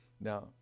Now